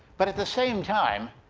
but at the same time,